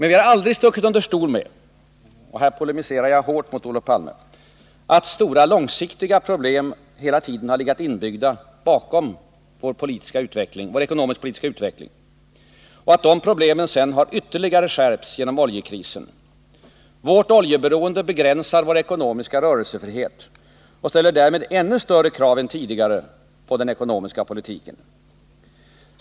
Vi har aldrig stuckit under stol med — och här polemiserar jag hårt mot Olof Palme — att stora långsiktiga problem hela tiden har legat inbyggda bakom vår ekonomisk-politiska utveckling och att de problemen sedan har ytterligare skärpts genom oljekrisen. Vårt oljeberoende begränsar vår ekonomiska rörelsefrihet och ställer därmed större krav än tidigare på den ekonomiska politiken.